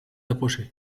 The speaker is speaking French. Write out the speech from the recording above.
approcher